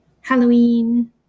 Halloween